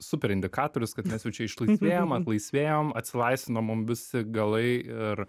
super indikatorius kad mes jau čia išlaisvėjam atlaisvėjom atsilaisvino mum visi galai ir